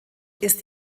ist